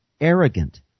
arrogant